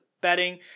betting